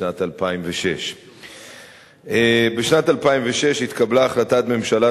בשנת 2006. בשנת 2006 התקבלה החלטת הממשלה